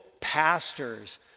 pastors